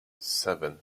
seven